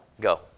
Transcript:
Go